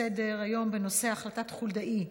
העברת ההצעה לסדר-היום בנושא: החלטת חולדאי,